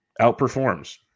outperforms